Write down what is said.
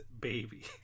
baby